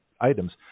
items